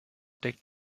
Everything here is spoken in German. deckt